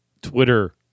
Twitter